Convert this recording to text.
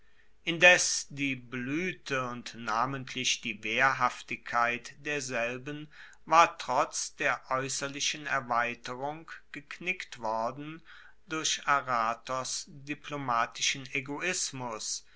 indes die bluete und namentlich die wehrhaftigkeit derselben war trotz der aeusserlichen erweiterung geknickt worden durch aratos diplomatischen egoismus